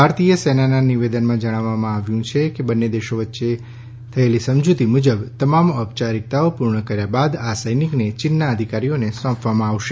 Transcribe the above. ભારતીય સેનાના નિવેદનમાં જણાવવામાં આવ્યું હતુ કે બંન્ને દેશો વચ્ચે થયેલી સમજૂતી મુજબ તમામ ઔપચારિકતાઓ પૂર્ણ કર્યા બાદ આ સૈનિકને ચીનના અધિકારીઓને સોંપવામાં આવશે